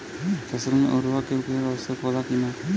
फसल में उर्वरक के उपयोग आवश्यक होला कि न?